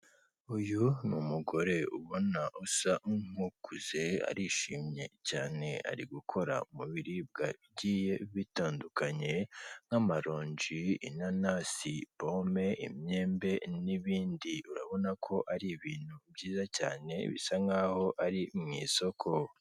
Uyu ni umugore ubona usa nk'ukuze arishimye cyane ari gukora mu biribwa bigiye bitandukanye nk'amaronji, inanasi, pome, imyembe n'ibindi urabona ko ari ibintu byiza cyane bisa nkaho ari mu isoko.